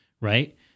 right